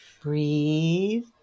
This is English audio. Breathe